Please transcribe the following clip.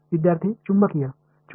विद्यार्थीः चुंबकीय